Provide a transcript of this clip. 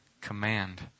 command